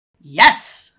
Yes